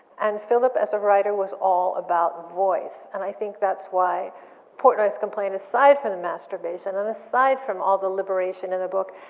and philip as a writer was all about voice, and i think that's why portnoy's complaint, aside from the masturbation and aside from all the liberation in the book,